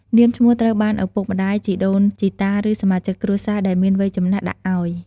នាមឈ្មោះត្រូវបានឪពុកម្តាយ ជីដូនជីតា ឬ សមាជិកគ្រួសារដែលមានវ័យចំណាស់ដាក់ឲ្យ។